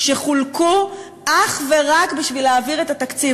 שחולקו אך ורק בשביל להעביר את התקציב.